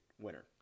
winner